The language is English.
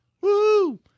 Woo